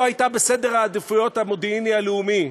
הייתה בסדר העדיפויות המודיעיני הלאומי,